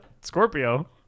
Scorpio